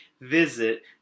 visit